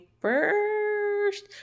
First